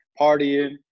partying